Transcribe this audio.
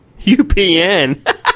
UPN